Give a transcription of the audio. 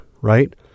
right